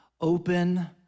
open